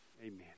Amen